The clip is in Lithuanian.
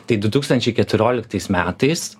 tai du tūkstančiai keturioliktais metais